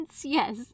yes